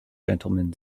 gentleman